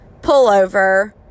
pullover